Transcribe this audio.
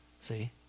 see